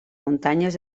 muntanyes